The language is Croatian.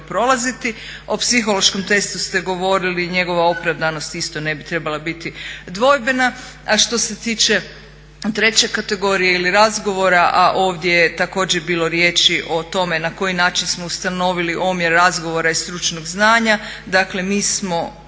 prolaziti. O psihološkom testu ste govorili, njegova opravdanost isto ne bi trebala biti dvojbena, a što se tiče treće kategorije ili razgovora, a ovdje je također bilo riječi o tome na koji način smo ustanovili omjer razgovora i stručnog znanja. Dakle, mi smo